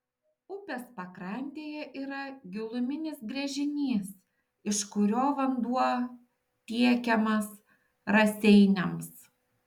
upės pakrantėje yra giluminis gręžinys iš kurio vanduo tiekiamas raseiniams